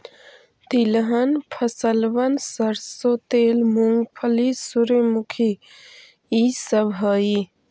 तिलहन फसलबन सरसों तेल, मूंगफली, सूर्यमुखी ई सब हई